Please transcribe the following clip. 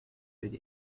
with